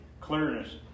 clearness